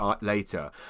later